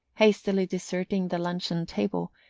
hastily deserting the luncheon-table,